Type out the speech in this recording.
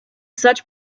such